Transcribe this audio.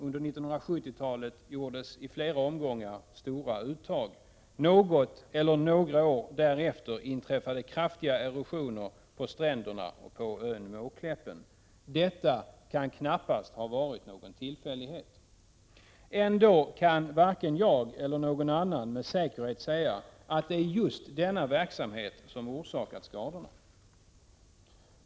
Under 1970-talet gjordes i flera omgångar stora uttag. Något eller några år därefter inträffade kraftiga erosioner på stränderna och på ön Måkläppen. Detta kan knappast ha varit någon tillfällighet. Ändå kan varken jag eller någon annan med säkerhet säga att det är just denna verksamhet som orsakat skadorna.